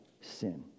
sin